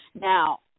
Now